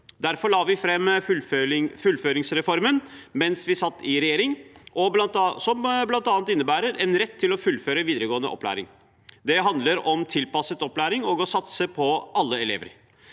Derfor la vi fram fullføringsreformen mens vi satt i regjering, som bl.a. innebærer rett til å fullføre videregående opplæring. Det handler om tilpasset opplæring og å satse på alle elever.